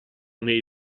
nei